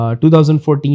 2014